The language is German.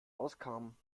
auskamen